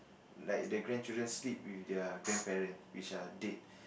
like the grandchildren sleep with their grandparent which are dead